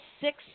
six